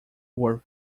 word